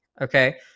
okay